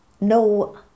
no